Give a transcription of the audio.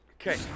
Okay